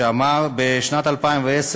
שאמר בשנת 2010,